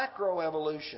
macroevolution